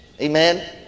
Amen